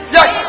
Yes